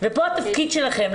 ופה התפקיד שלכם.